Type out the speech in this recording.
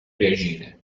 reagire